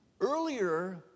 Earlier